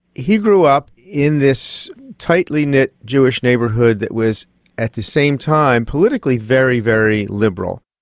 he grew up in this tightly knit jewish neighbourhood that was at the same time politically very, very liberal.